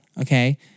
Okay